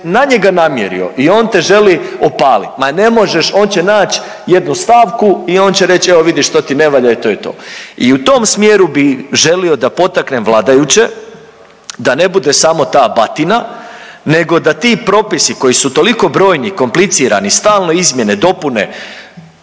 na njega namjerio i on te želi opalit, ma ne možeš, on će nać jednu stavku i on će reći, evo, vidiš, to ti ne valja i to je to. I u tom smjeru bih želio da potaknem vladajuće da ne bude samo ta batina nego da ti propisi, koji su toliko brojni, komplicirani, stalno izmjene, dopune,